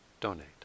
donate